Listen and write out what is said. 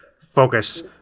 focus